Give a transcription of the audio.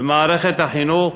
במערכת החינוך,